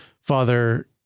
Father